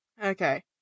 Okay